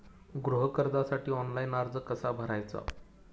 गृह कर्जासाठी ऑनलाइन अर्ज कसा भरायचा?